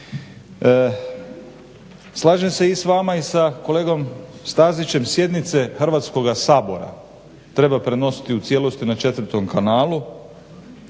Slažem se i s vama i sa kolegom Stazićem sjednice Hrvatskoga sabora treba prenositi u cijelosti na 4 kanalu.